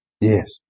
Yes